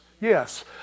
Yes